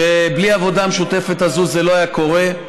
שבלי העבודה המשותפת הזאת זה לא היה קורה,